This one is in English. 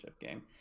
game